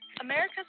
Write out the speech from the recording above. America's